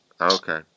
Okay